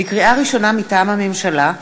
לקריאה ראשונה, מטעם הממשלה: